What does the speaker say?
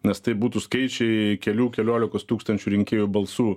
nes tai būtų skaičiai kelių keliolikos tūkstančių rinkėjų balsų